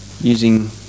using